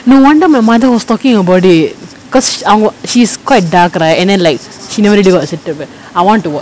no wonder my mother was talking about it because she அவங்க:avanga she's quite dark right and then like she never ready was set up a I want to watch